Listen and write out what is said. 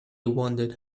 wondered